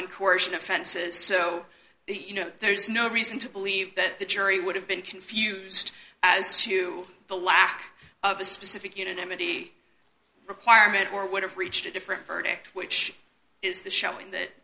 coercion offenses so you know there's no reason to believe that the jury would have been confused as to the lack of a specific unanimity requirement or would have reached a different verdict which is the showing that